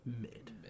mid